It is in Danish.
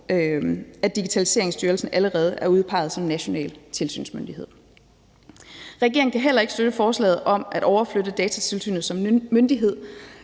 at Digitaliseringsstyrelsen allerede er udpeget som national tilsynsmyndighed. Regeringen kan heller ikke støtte forslaget om at overflytte Datatilsynet som myndighed